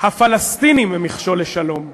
הפלסטינים הם מכשול לשלום.